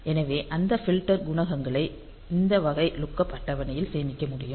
எனவே அந்த ஃப்ல்டர் குணகங்களை இந்த வகை லுக்கப் அட்டவணையில் சேமிக்க முடியும்